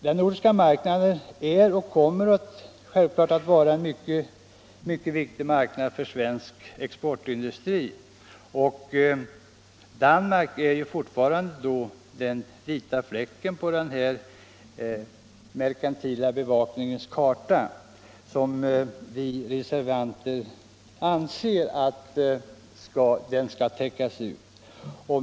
Den nordiska marknaden är och kommer självklart att vara en mycket viktig marknad för svensk exportindustri och Danmark är fortfarande den vita fläcken på den merkantila bevakningens karta, vilken vi reservanter anser skall täckas.